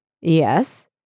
Yes